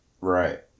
Right